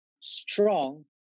strong